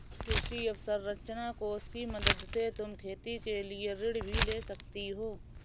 कृषि अवसरंचना कोष की मदद से तुम खेती के लिए ऋण भी ले सकती हो